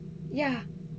ya